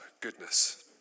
goodness